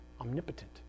omnipotent